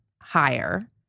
higher